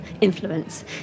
influence